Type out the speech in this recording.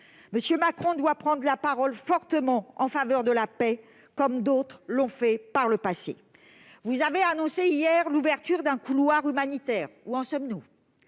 M. Macron doit prendre la parole fortement en faveur de la paix, comme d'autres l'ont fait par le passé. Vous avez annoncé hier l'ouverture d'un couloir humanitaire : où en sommes-nous ?